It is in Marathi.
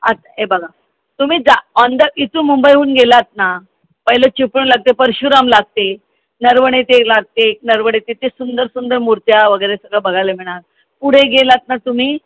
आत हे बघा तुम्ही जा ऑन द इथून मुंबईहून गेलात ना पहिले चिपळूण लागते परशुराम लागते नरवणे ते लागते नरवडे तिथे सुंदर सुंदर मुर्त्या वगैरे सगळं बघायला मिळणार पुढे गेलात ना तुम्ही